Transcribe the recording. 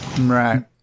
Right